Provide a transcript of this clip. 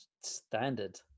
Standard